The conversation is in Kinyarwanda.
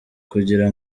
kugira